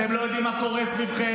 אתם לא יודעים מה קורה סביבכם.